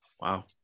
Wow